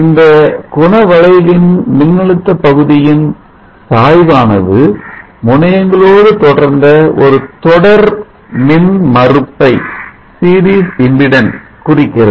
இந்த குண வளைவின் மின்னழுத்த பகுதியின் சாய்வானது முனையங்களோடு தொடர்ந்த ஒரு தொடர் மின் மறுப்பை குறிக்கிறது